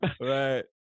Right